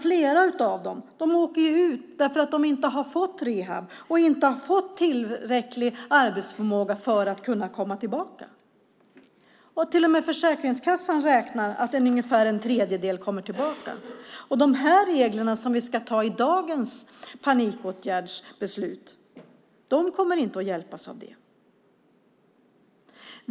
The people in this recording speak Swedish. Flera av dem åker ut för att de inte har fått någon rehab och inte har tillräcklig arbetsförmåga för att kunna komma tillbaka. Till och med Försäkringskassan räknar med att ungefär en tredjedel kommer tillbaka till dem. De kommer inte att hjälpas av de regeländringar som finns i dagens panikåtgärdsbeslut.